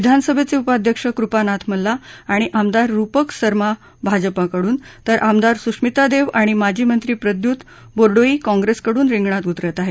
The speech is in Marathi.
विधानसभेचे उपाध्यक्ष कृपानाथ मल्ला आणि आमदार रूपक सर्मा भाजपाकडून तर आमदार सुश्मिता देव आणि माजी मंत्री प्रद्युत बोडोई काँग्रेसकडून रिंगणात उतरत आहेत